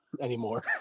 anymore